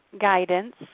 Guidance